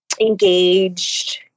engaged